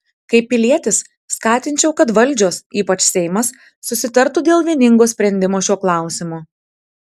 kaip pilietis skatinčiau kad valdžios ypač seimas susitartų dėl vieningo sprendimo šiuo klausimu